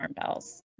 bells